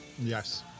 Yes